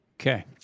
Okay